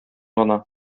гына